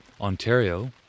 Ontario